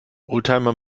oldtimer